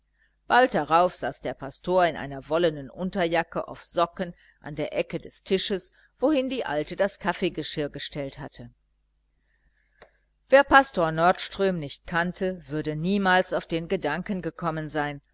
bald darauf saß der pastor in einer wollenen unterjacke auf socken an der ecke des tisches wohin die alte das kaffeegeschirr gestellt hatte wer pastor nordström nicht kannte würde niemals auf den gedanken gekommen sein